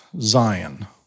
Zion